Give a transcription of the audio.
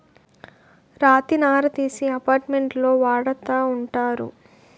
రాతి నార తీసి అపార్ట్మెంట్లో వాడతా ఉంటారు